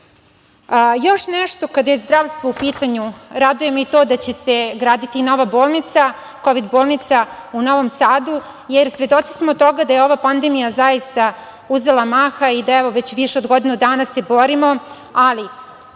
se. Još nešto kada je zdravstvo u pitanju, raduje me i to da će se graditi nova kovid bolnica u Novom Sadu, jer smo svedoci toga da je ova pandemija zaista uzela maha i da evo već više od godinu dana se borimo, ali